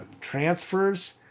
transfers